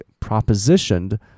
propositioned